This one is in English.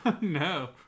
No